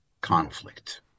conflict